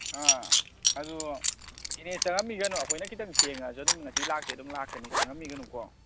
ꯑꯥ ꯑꯗꯣ ꯏꯅꯦ ꯆꯪꯉꯝꯈꯤꯒꯅꯨ ꯑꯩꯈꯣꯏꯅ ꯈꯤꯇꯪ ꯊꯦꯡꯉꯁꯨ ꯑꯗꯨꯝ ꯉꯁꯤ ꯂꯥꯛꯇꯤ ꯑꯗꯨꯝ ꯂꯥꯛꯀꯅꯤ ꯆꯪꯉꯝꯈꯤꯒꯅꯨꯀꯣ